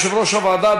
יושב-ראש הוועדה,